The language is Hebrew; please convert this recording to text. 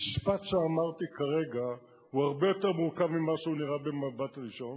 המשפט שאמרתי כרגע הוא הרבה יותר מורכב ממה שהוא נראה במבט ראשון.